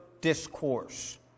discourse